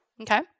Okay